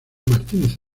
martínez